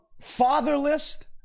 fatherless